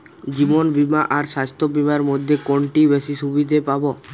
জীবন বীমা আর স্বাস্থ্য বীমার মধ্যে কোনটিতে বেশী সুবিধে পাব?